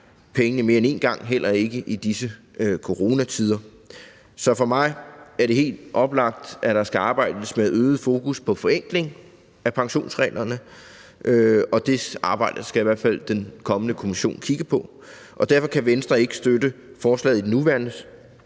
pengene mere end en gang, heller ikke i disse coronatider. Så for mig er det helt oplagt, at der skal arbejdes med øget fokus på forenkling af pensionsreglerne, og det arbejde skal den kommende kommission i hvert fald kigge på. Derfor kan Venstre ikke støtte forslaget i den nuværende